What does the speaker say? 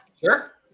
sure